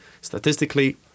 statistically